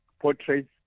portraits